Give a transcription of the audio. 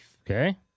Okay